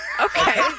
Okay